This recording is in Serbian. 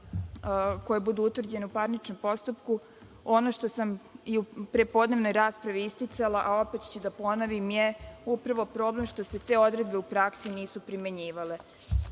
koje budu utvrđene u parničnom postupku. Ono što sam i u prepodnevnoj raspravi isticala, a opet ću da ponovim je upravo problem što se te odredbe u praksi nisu primenjivale.